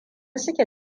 suke